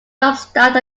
jumpstart